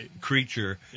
creature